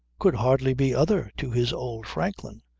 could hardly be other to his old franklin.